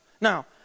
Now